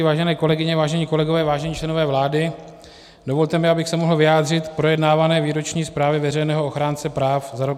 Vážené kolegyně, vážení kolegové, vážení členové vlády, dovolte mi, abych se mohl vyjádřit k projednávané výroční zprávě veřejného ochránce práv za rok 2018.